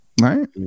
Right